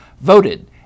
voted